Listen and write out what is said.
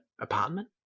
apartment